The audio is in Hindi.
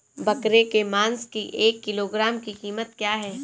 बकरे के मांस की एक किलोग्राम की कीमत क्या है?